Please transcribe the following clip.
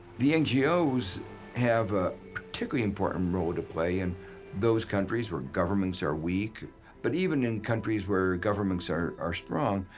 the ngos have a particularly important role to play in those countries where governments are weak but even in countries where governments are are strong.